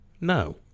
No